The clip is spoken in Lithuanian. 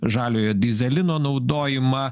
žaliojo dyzelino naudojimą